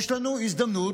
יש לנו הזדמנות.